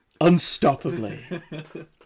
unstoppably